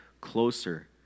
closer